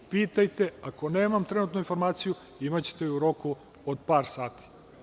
Pitajte, ako nemam trenutno informaciju, imaćete je u roku od par sati.